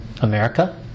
America